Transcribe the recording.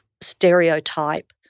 stereotype